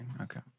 Okay